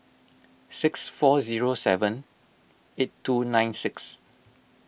six four zero seven eight two nine six